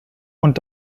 und